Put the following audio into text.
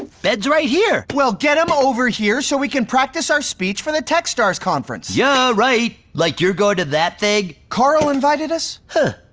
ben's right here. well get him over here so we can practice our speech for the tech stars conference. yeah, right. like you're going to that thing. carl invited us. huh.